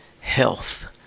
health